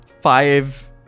five